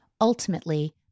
Ultimately